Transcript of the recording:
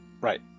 Right